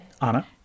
anna